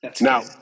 Now